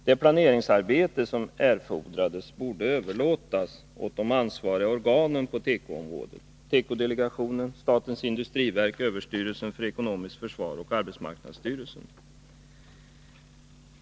Det planeringsarbete som erfordrades borde överlåtas åt de ansvariga organen på tekoområdet — tekodelegationen, statens industriverk, överstyrelsen för ekonomiskt försvar och arbetsmarknadsstyrelsen.